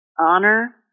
honor